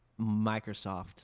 Microsoft